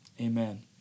amen